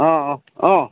অঁ অঁ অঁ